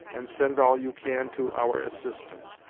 and send all you can to our assistance.